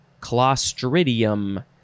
Clostridium